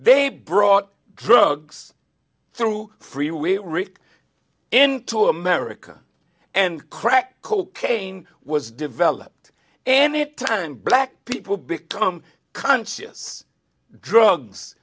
they brought drugs through freeway rick into america and crack cocaine was developed and it turned black people become conscious